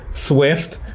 swift,